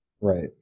right